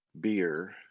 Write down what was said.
beer